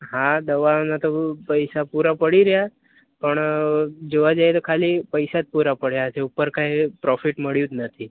હા દવાઓના તો પૈસા પૂરા પડી રહ્યા પણ જોવા જઈએ તો ખાલી પૈસા જ પૂરા પડ્યા છે જો ઉપર કાઈ પ્રોફિટ મળ્યું જ નથી